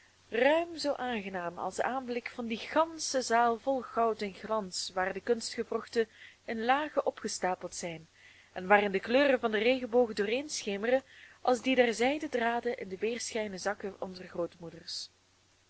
ruim zoo aangenaam als de aanblik van die gansche zaal vol goud en glans waar de kunstgewrochten in lagen opgestapeld zijn en waarin de kleuren van den regenboog dooréénschemeren als die der zijden draden in de weerschijnen sakken onzer grootmoeders